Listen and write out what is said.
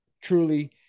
truly